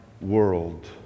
world